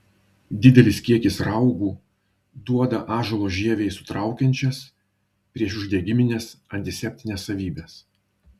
didelis kiekis raugų duoda ąžuolo žievei sutraukiančias priešuždegimines antiseptines savybes